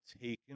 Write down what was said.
taken